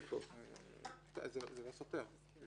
זה לא סותר.